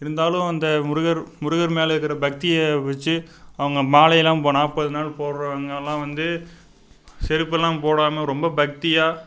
இருந்தாலும் அந்த முருகர் முருகர் மேலே இருக்கிற பக்தியை வச்சு அவங்க மாலையெலாம் இப்போ நாற்பது நாள் போடுறவங்கலாம் வந்து செருப்பெல்லாம் போடாமல் ரொம்ப பக்தியாக